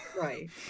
right